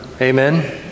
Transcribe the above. Amen